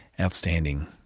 outstanding